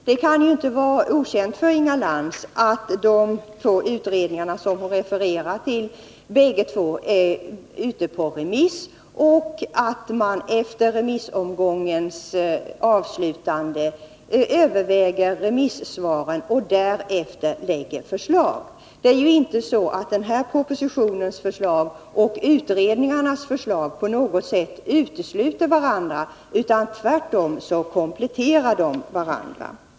Det kan inte vara okänt för Inga Lantz att båda de utredningar hon refererade till är ute på remiss och att man efter remissomgångens avslutande överväger remissvaren och därefter lägger fram förslag. Det är ju inte så, att den här propositionens förslag och utredningarnas förslag på något sätt utesluter varandra. Tvärtom kompletterar de varandra.